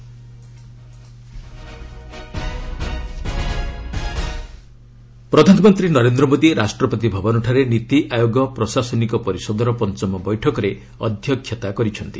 PM NITI Aayog ପ୍ରଧାନମନ୍ତ୍ରୀ ନରେନ୍ଦ୍ର ମୋଦୀ ରାଷ୍ଟ୍ରପତି ଭବନଠାରେ ନୀତି ଆୟୋଗ ପ୍ରଶାସନିକ ପରିଷଦର ପଞ୍ଚମ ବୈଠକରେ ଅଧ୍ୟକ୍ଷତା କରିଛନ୍ତି